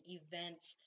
events